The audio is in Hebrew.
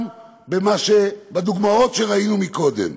גם בדוגמאות שראינו קודם.